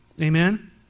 Amen